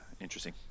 interesting